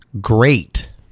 Great